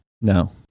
No